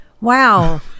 Wow